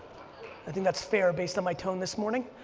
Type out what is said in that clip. i think that's fair based on my tone this morning.